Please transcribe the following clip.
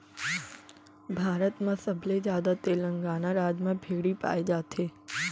भारत म सबले जादा तेलंगाना राज म भेड़ी पाए जाथे